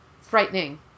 frightening